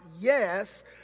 yes